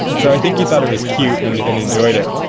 so i think he thought it was cute and and enjoyed it,